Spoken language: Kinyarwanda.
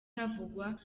havugwa